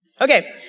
Okay